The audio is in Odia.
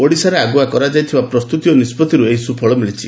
ଓଡିଶାରେ ଆଗୁଆ କରାଯାଇଥିବା ପ୍ରସ୍ତୁତି ଓ ନିଷ୍ବତିରୁ ସୁଫଳ ମିଳିଛି